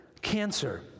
Cancer